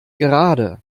gerade